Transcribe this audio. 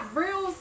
real